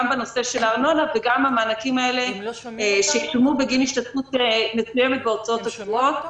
בנושא של הארנונה ומענקים בגין השתתפות מסוימת בהוצאות הקבועות.